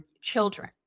children